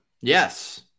Yes